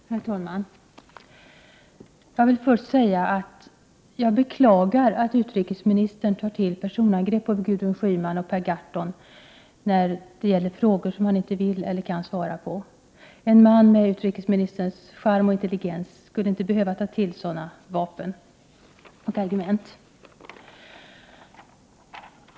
Herr talman! Jag vill först säga att jag beklagar att utrikesministern tar till personangrepp mot Gudrun Schyman och Per Gahrton när det gäller frågor som han inte vill eller inte kan svara på. En man med utrikesministerns charm och intelligens skulle inte behöva ta till sådana vapen och argument.